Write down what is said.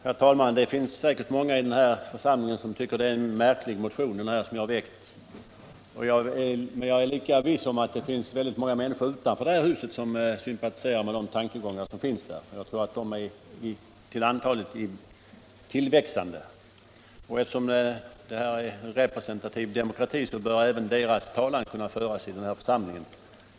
Herr talman! Det finns säkert många i den här församlingen som tycker att det är en märklig motion jag har väckt, men jag är lika viss om att det finns väldigt många människor utanför det här huset som sympatiserar med de tankegångar som finns där, och jag tror att deras antal är tillväxande. Eftersom vi har en representativ demokrati bör även deras talan kunna föras i den här församlingen.